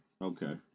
Okay